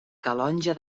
calonge